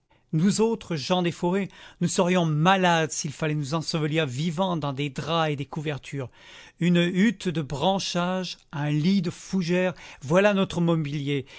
nous autres gens des forêts nous serions malades s'il fallait nous ensevelir vivants dans des draps et des couvertures une hutte de branchage un lit de fougère voilà notre mobilier